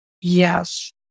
yes